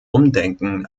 umdenken